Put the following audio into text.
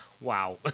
wow